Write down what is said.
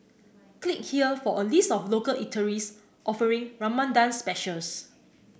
click here for a list of local eateries offering Ramadan specials